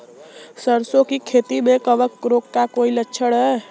सरसों की खेती में कवक रोग का कोई लक्षण है?